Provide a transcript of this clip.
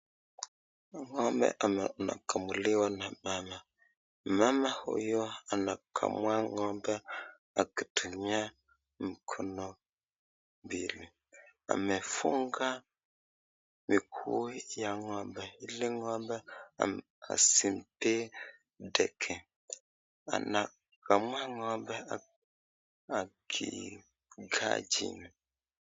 Ng'ombe anakamuliwa na mama. Mama huyu anakamua ng'ombe akitumia mikono mbili. Amefunga miguu ya ng'ombe ili ng'ombe asimpige teke. Anakamua ngo'ombe akikaa chini.